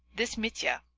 this mitya,